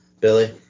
Billy